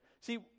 See